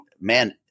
man